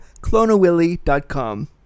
clonawilly.com